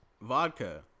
vodka